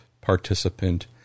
participant